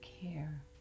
care